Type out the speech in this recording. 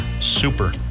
super